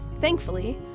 Thankfully